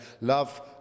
love